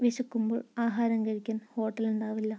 വിശക്കുമ്പോൾ ആഹാരം കഴിക്കാൻ ഹോട്ടൽ ഉണ്ടാവില്ല